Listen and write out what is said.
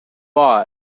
are